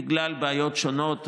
בגלל בעיות שונות,